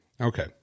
okay